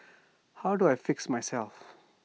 how do I fix myself